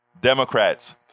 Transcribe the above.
Democrats